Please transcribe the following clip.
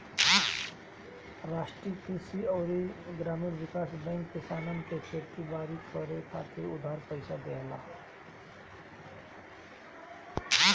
राष्ट्रीय कृषि अउरी ग्रामीण विकास बैंक किसानन के खेती बारी करे खातिर उधार पईसा देवेला